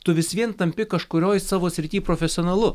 tu vis vien tampi kažkurioj savo srity profesionalu